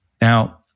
Now